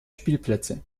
spielplätze